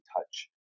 touch